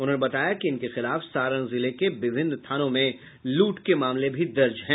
उन्होंने बताया कि इनके खिलाफ सारण जिले के विभिन्न थानों में लूट के मामले भी दर्ज हैं